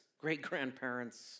great-grandparents